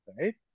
right